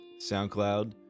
SoundCloud